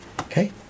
Okay